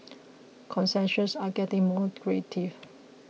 concessions are getting more creative